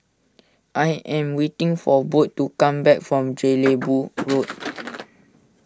I am waiting for Bode to come back from Jelebu Road